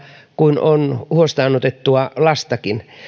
kuin on huostaanotettua lastakin